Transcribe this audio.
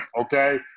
okay